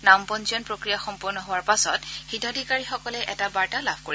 নাম পঞ্জীয়নৰ প্ৰক্ৰিয়া সম্পূৰ্ণ হোৱাৰ পাছত হিতাধীকাৰিসকলে এটা বাৰ্তা লাভ কৰিব